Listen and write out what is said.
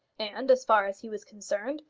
and, as far as he was concerned,